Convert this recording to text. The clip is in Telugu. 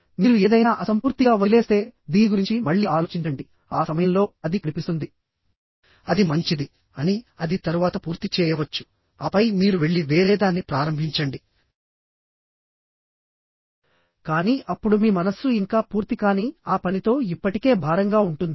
మీరు ఏదైనా అసంపూర్తిగా వదిలేస్తే దీని గురించి మళ్ళీ ఆలోచించండి ఆ సమయంలో అది కనిపిస్తుంది అది మంచిది అని అది తరువాత పూర్తి చేయవచ్చు ఆపై మీరు వెళ్లి వేరేదాన్ని ప్రారంభించండి కానీ అప్పుడు మీ మనస్సు ఇంకా పూర్తి కాని ఆ పనితో ఇప్పటికే భారంగా ఉంటుంది